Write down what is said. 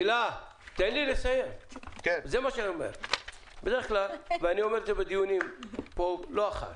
כפי שאני אומר בדיונים לא אחת,